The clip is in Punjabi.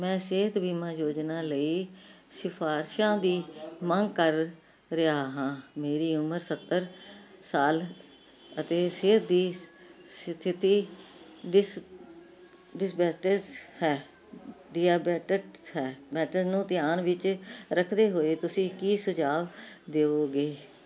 ਮੈਂ ਸਿਹਤ ਬੀਮਾ ਯੋਜਨਾ ਲਈ ਸਿਫਾਰਸ਼ਾਂ ਦੀ ਮੰਗ ਕਰ ਰਿਹਾ ਹਾਂ ਮੇਰੀ ਉਮਰ ਸੱਤਰ ਸਾਲ ਅਤੇ ਸਿਹਤ ਦੀ ਸਥਿਤੀ ਹੈ ਹੈ ਨੂੰ ਧਿਆਨ ਵਿੱਚ ਰੱਖਦੇ ਹੋਏ ਤੁਸੀਂ ਕੀ ਸੁਝਾਅ ਦੇਵੋਗੇ